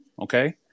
Okay